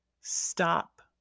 stop